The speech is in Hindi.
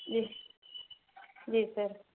जी जी सर